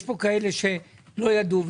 יש פה כאלה שלא ידעו,